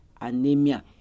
anemia